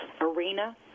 arena